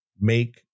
make